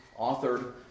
authored